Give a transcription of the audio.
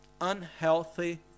unhealthy